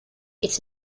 its